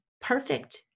perfect